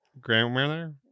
grandmother